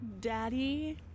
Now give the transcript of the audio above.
Daddy